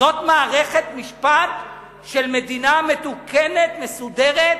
זאת מערכת משפט של מדינה מתוקנת, מסודרת,